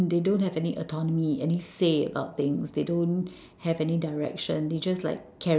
they don't have any autonomy any say about things they don't have any direction they just like